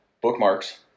bookmarks